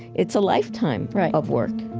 it's a lifetime of work